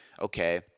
okay